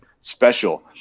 special